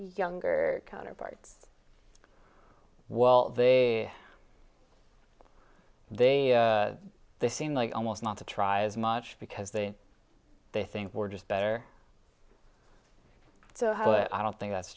younger counterparts while they they they seem like i almost want to try as much because they they think we're just better so i don't think that's